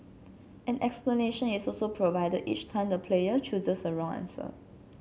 an explanation is also provided each time the player chooses a wrong answer